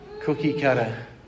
cookie-cutter